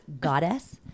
goddess